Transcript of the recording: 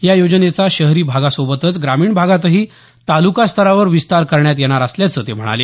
या योजनेचा शहरी भागासोबतच ग्रामीण भागातही तालुकास्तरावर विस्तार करण्यात येणार असल्याचं ते म्हणाले